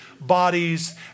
bodies